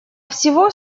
всего